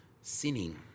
sinning